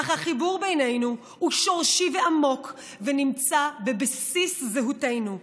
אך החיבור בינינו הוא שורשי ועמוק ונמצא בבסיס זהותנו.